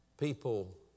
People